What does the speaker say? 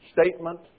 Statement